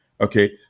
Okay